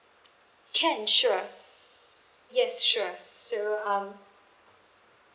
can sure yes sure s~ so um